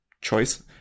choice